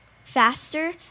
faster